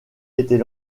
était